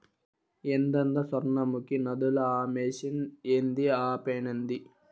ఏందద సొర్ణముఖి నదిల ఆ మెషిన్ ఏంది ఆ పనేంది